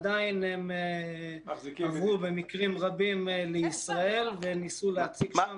עדיין הם עברו במקרים רבים לישראל וניסו להציג שם